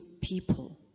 people